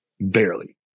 barely